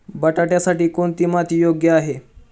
बटाट्यासाठी कोणती माती योग्य आहे?